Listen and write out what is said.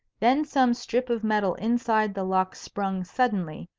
then some strip of metal inside the lock sprung suddenly,